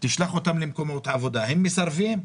תשלח אותם למקומות עבודה, הם מסרבים?